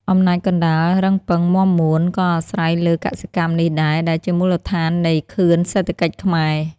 អំណាចកណ្តាល រឹងប៉ឹង មាំមួន ក៏អាស្រ័យលើកសិកម្មនេះដែរ ដែលជាមូលដ្ឋាននៃខឿនសេដ្ឋកិច្ចខ្មែរ។